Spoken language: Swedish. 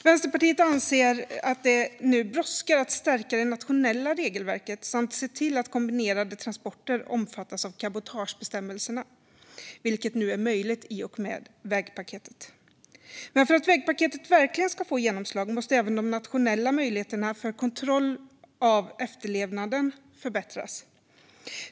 Vänsterpartiet anser att det nu brådskar att stärka det nationella regelverket samt se till att kombinerade transporter omfattas av cabotagebestämmelserna, vilket nu är möjligt i och med vägpaketet. Men för att vägpaketet verkligen ska få genomslag måste även de nationella möjligheterna till kontroll av efterlevnaden förbättras.